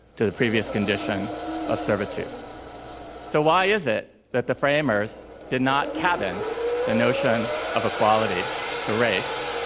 to the previous condition of servitude so why is it that the framers did not cabin the notion of equality to race,